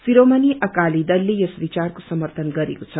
शिरोमणि अकाली दलले यस विचारको समर्थन गरेको छ